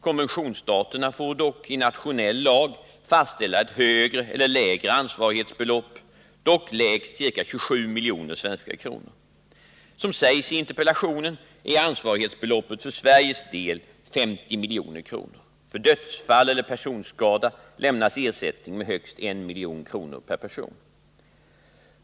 Konventionsstaterna får dock i nationell lag fastställa ett högre eller lägre ansvarighetsbelopp, dock lägst ca 27 miljoner svenska kronor. Som sägs i interpellationen är ansvarighetsbeloppet för Sveriges del 50 milj.kr. För dödsfall eller personskada lämnas ersättning med högst 1 milj.kr. per person.